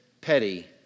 petty